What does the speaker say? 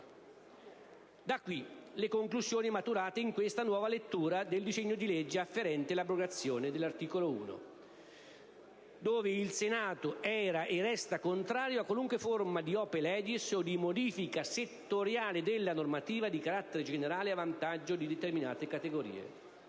Da qui, le conclusioni maturate in questa nuova lettura del disegno di legge afferente l'abrogazione dell'articolo 1, dove il Senato era e resta contrario a qualunque forma di *ope legis* o di modifica settoriale della normativa di carattere generale a vantaggio di determinate categorie.